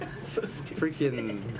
Freaking